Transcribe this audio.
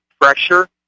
pressure